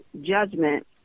judgment